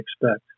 expect